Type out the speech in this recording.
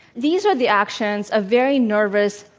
these are the actions of very nervous,